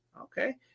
Okay